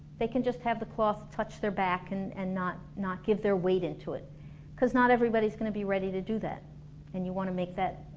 they can just have the cloth touch their back and and not not give their weight into it cause not everybody is gonna ready to do that and you wanna make that,